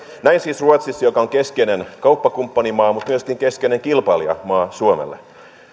näin siis ruotsissa joka on keskeinen kauppakumppanimaa mutta myöskin keskeinen kilpailijamaa suomelle